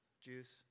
juice